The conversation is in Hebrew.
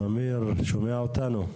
סמיר, שומע אותנו?